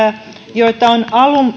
joita on